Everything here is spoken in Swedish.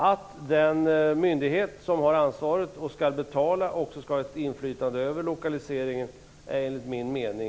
Det är enligt min mening rimligt att den myndighet som har ansvaret och skall betala också skall ha ett inflytande över lokaliseringen.